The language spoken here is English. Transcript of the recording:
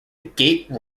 agate